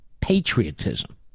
patriotism